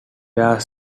where